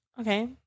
okay